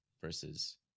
versus